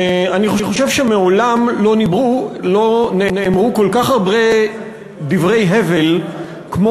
אני חושב שמעולם לא נאמרו כל כך הרבה דברי הבל כמו